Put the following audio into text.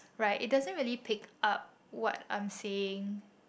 right it doesn't really pick up what I'm saying